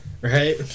Right